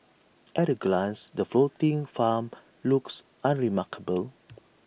at A glance the floating farm looks unremarkable